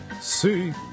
See